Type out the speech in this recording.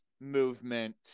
movement